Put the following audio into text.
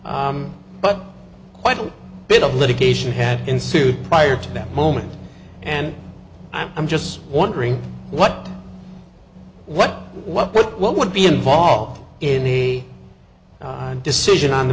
court but a bit of litigation had ensued prior to that moment and i'm just wondering what what what what what would be involved in the decision on the